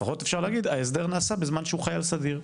אפשר להגיד - ההסדר נעשה בזמן שהיה חייל סדיר.